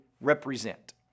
represent